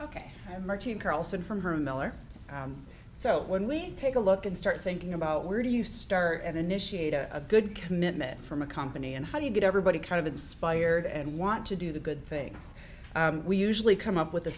ok martine carlson from her miller so when we take a look and start thinking about where do you start and initiate a good commitment from a company and how do you get everybody kind of inspired and want to do the good things we usually come up with